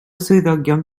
swyddogion